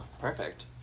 perfect